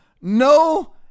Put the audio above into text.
No